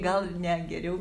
gal net geriau